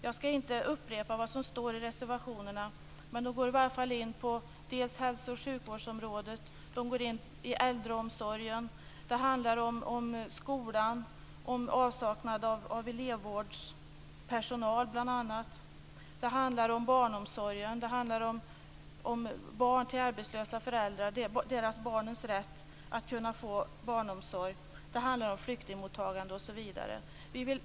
Jag skall inte upprepa vad som står i reservationerna, men de gäller hälso och sjukvårdsområdet, äldreomsorgen, skolan, bl.a. avsaknaden av elevvårdspersonal, barnomsorgen, exempelvis rätten för arbetslösa föräldrars barn att få barnomsorg, flyktingmottagande, osv.